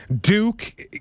Duke